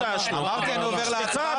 אמרתי שאני עובר להצבעה.